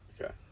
Okay